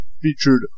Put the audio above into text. featured